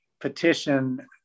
petition